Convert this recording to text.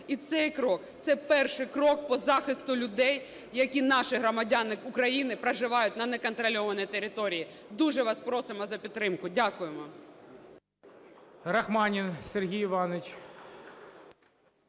І цей крок – це перший крок по захисту людей, які наші громадяни України, проживають на неконтрольованій території. Дуже вас просимо за підтримку. Дякуємо.